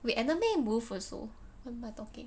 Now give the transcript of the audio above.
wait enemy move also what am I talking